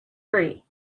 free